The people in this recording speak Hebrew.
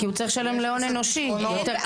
כי הוא צריך לשם להון אנושי, יותר כסף.